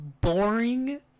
boring